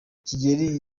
kigeli